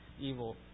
evil